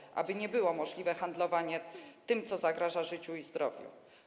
Chcemy, aby nie było możliwe handlowanie tym, co zagraża życiu i zdrowiu.